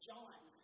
John